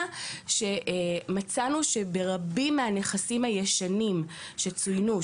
- שמצאנו שברבים מהנכסים הישנים שצוינו,